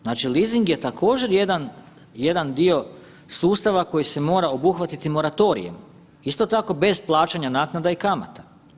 Znači, leasing je također jedan, jedan dio sustava koji se mora obuhvatiti moratorijem, isto tako bez plaćanja naknada i kamata.